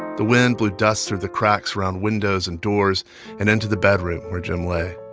the wind blew dust through the cracks around windows and doors and into the bedroom where jim lay.